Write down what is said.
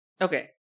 Okay